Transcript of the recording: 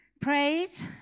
Praise